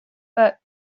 but